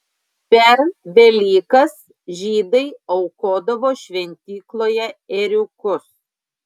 per velykas žydai aukodavo šventykloje ėriukus